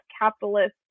capitalist